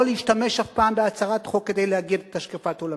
לא להשתמש אף פעם בהצהרת חוק כדי להגיד את השקפת עולמנו,